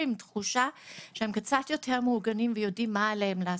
עם תחושה שהם קצת יותר מאורגנים ויודעים מה עליהם לעשות.